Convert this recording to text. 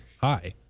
Hi